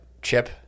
Chip